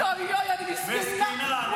טלי, אני מרחם עליך.